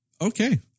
okay